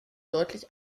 deutlich